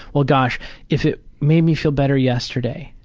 well gosh if it made me feel better yesterday,